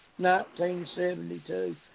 1972